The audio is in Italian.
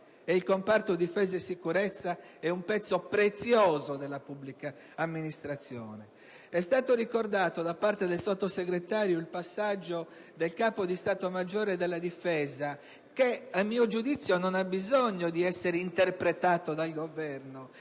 Ed il comparto difesa e sicurezza è un pezzo prezioso della pubblica amministrazione. È stato ricordato da parte del Sottosegretario il passaggio del Capo di Stato maggiore della Difesa che, a mio giudizio, non ha bisogno di essere interpretato dal Governo.